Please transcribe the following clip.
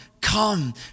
come